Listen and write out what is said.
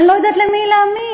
אני לא יודעת למי להאמין,